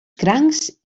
crancs